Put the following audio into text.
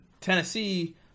Tennessee